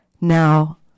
now